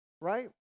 right